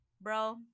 bro